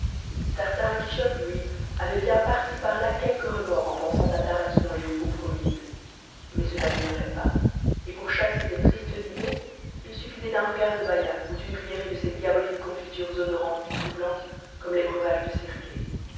tartarin quichotte lui avait bien par-ci par-là quelques remords en pensant à tarascon et aux peaux promises mais cela ne durait pas et pour chasser ces tristes idées il suffisait d'un regard de baïa ou d'une cuillerée de ses diaboliques confitures odorantes et troublantes comme les breuvages de circé